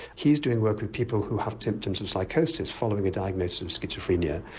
he's doing work with people who have symptoms of psychosis following a diagnosis of schizophrenia.